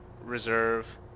reserve